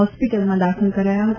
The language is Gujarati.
હોસ્પિટલમાં દાખલ કરાયા હતા